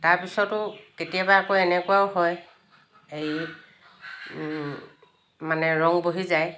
তাৰপিছতো কেতিয়াবা আকৌ এনেকুৱাও হয় এই মানে ৰং বহি যায়